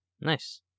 Nice